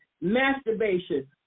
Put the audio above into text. masturbation